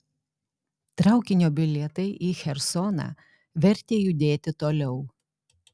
traukinio bilietai į chersoną vertė judėti toliau